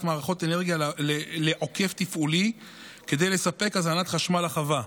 מערכות אנרגיה לעוקף תפעולי כדי לספק הזנת חשמל לחווה.